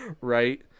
Right